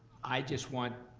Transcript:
i just want.